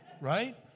right